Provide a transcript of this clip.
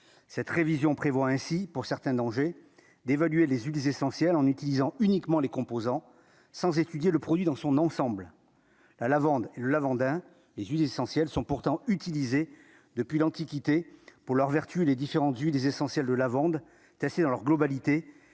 cette révision prévoit ainsi pour certains dangers d'évaluer les Ulis essentiel en utilisant uniquement les composants sans étudier le produit dans son ensemble la lavande, lavande, hein, les huiles essentielles sont pourtant utilisé depuis l'Antiquité pour leurs vertus les différents du des essentiel de lavande tasser dans leur globalité